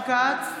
כץ,